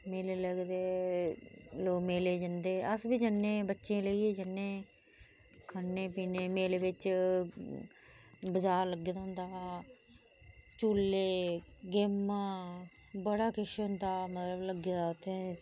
मेले लगदे लोग मेले च जंदे अस बी जने हा बच्चे गी लेइयै जन्ने खन्ने पीने मेले च बजार लग्गे दा होंदा झूले गेमा बड़ा किश होंदा मतलब लग्गे दा उत्थै